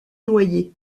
noyer